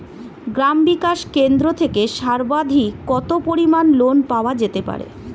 গ্রাম বিকাশ কেন্দ্র থেকে সর্বাধিক কত পরিমান লোন পাওয়া যেতে পারে?